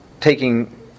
taking